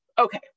okay